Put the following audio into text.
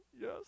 Yes